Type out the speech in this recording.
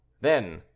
Then